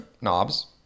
knobs